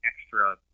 extra